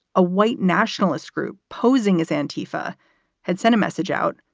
a white nationalist group posing as an tifa had sent a message out,